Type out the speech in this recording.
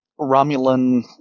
Romulan